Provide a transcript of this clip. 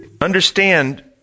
Understand